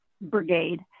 brigade